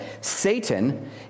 Satan